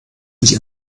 sich